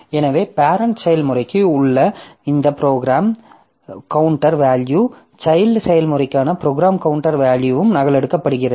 எனவே பேரெண்ட் செயல்முறைக்கு உள்ள இந்த ப்ரோக்ராம் கவுண்டர் வேல்யூ சைல்ட் செயல்முறைக்கான ப்ரோக்ராம் கவுண்டர் வேல்யூவிலும் நகலெடுக்கப்படுகிறது